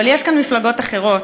אבל יש כאן מפלגות אחרות,